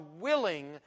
willing